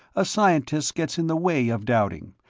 a scientist gets in the way of doubting,